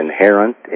inherent